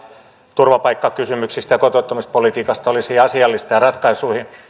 turvapaikkakysymyksestä ja kotouttamispolitiikasta olisi asiallista ja ratkaisuihin